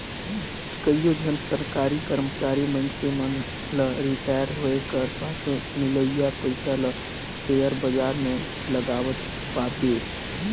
कइयो झन सरकारी करमचारी मइनसे मन ल रिटायर होए कर पाछू मिलोइया पइसा ल सेयर बजार में लगावत पाबे